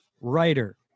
writer